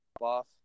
off